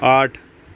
آٹھ